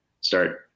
start